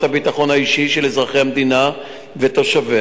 הביטחון האישי של אזרחי המדינה ותושביה.